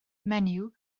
menyw